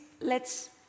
lets